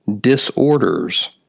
disorders